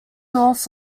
north